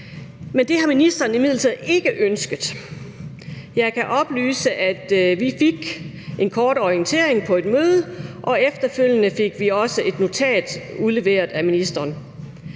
men det har ministeren imidlertid ikke ønsket. Jeg kan oplyse, at vi fik en kort orientering på et møde, og efterfølgende fik vi også et notat udleveret af ministeren.